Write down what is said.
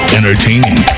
entertaining